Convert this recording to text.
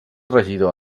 regidor